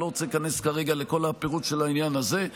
אני לא רוצה להיכנס כרגע לכל הפירוט של העניין הזה.